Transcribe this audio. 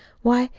why,